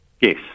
Yes